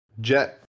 Jet